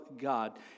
God